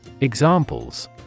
Examples